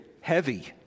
heavy